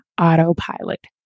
autopilot